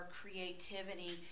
creativity